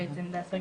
לגבי